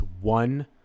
one